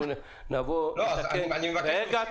נתקן --- אז אני מבקש להוסיף --- רגע,